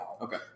Okay